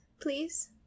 please